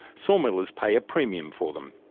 sawmillers pay a premium for them.